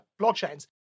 blockchains